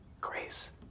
Grace